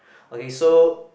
okay so